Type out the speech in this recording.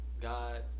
God